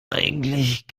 eigentlich